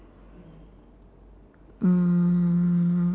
mm